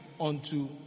unto